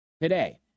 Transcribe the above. today